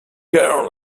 girl